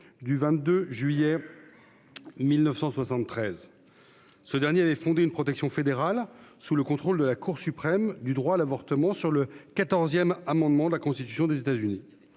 du 22 janvier 1973. Ce dernier avait fondé une protection fédérale, sous le contrôle de la Cour suprême, du droit à l'avortement sur le fondement du quatorzième amendement de la Constitution des États-Unis,